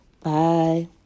Bye